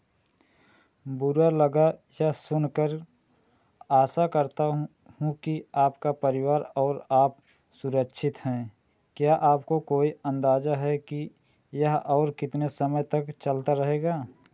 बुरा लगा यह सुन कर आशा करता हूँ कि आपका परिवार और आप सुरक्षित हैं क्या आपको कोई अंदाज़ा है कि यह और कितने समय तक चलता रहेगा